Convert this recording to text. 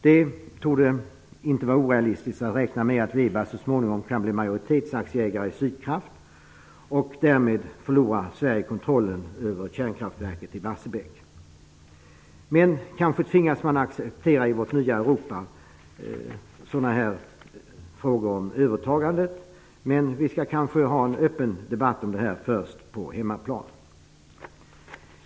Det torde inte vara orealistiskt att räkna med att Veba så småningom kan bli majoritetsaktieägare i Kanske tvingas man i vårt nya Europa acceptera sådana övertaganden, men vi kanske först borde ha en öppen debatt om saken på hemmaplan.